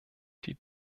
die